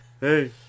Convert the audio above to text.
Hey